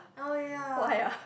oh ya